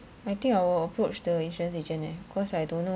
I think I will approach the insurance agent eh cause I don't know